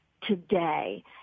today